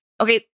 okay